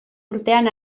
urtean